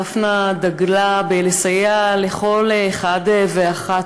דפנה דגלה בסיוע לכל אחד ואחת.